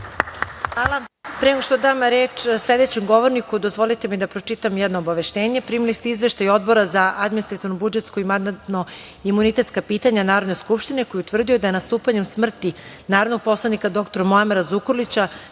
Hvala. Pre nego što dam reč sledećem govorniku, dozvolite mi da pročitam jedno obaveštenje. Primili ste Izveštaj Odbora za administrativno-budžetska i mandatno-imunitetska pitanja Narodne skupštine, koji je utvrdio da je nastupanjem smrti narodnog poslanika, doktora Muamera Zukorlića,